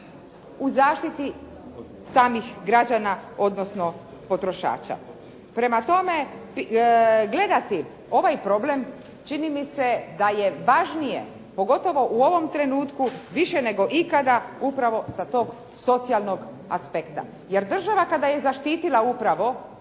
u zaštiti samih građana odnosno potrošača. Prema tome, gledati ovaj problem čini mi se da je važnije pogotovo u ovom trenutku više nego ikada upravo sa tog socijalnog aspekta. Jer država kada je zaštitila upravo